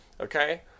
okay